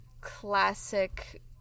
classic